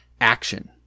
action